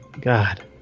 god